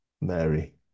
Mary